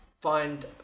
find